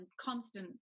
constant